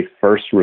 first